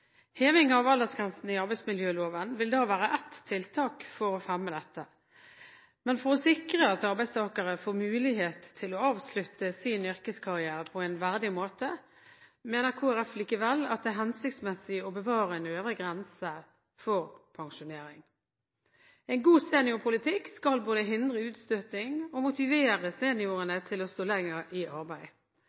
Heving av aldersgrensen i arbeidsmiljøloven vil da være ett tiltak for å fremme dette. Men for å sikre at arbeidstakere får mulighet til å avslutte sin yrkeskarriere på en verdig måte, mener Kristelig Folkeparti likevel at det er hensiktsmessig å bevare en øvre grense for pensjonering. En god seniorpolitikk skal både hindre utstøting og motivere seniorene til å stå lenger i arbeid.